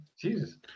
jesus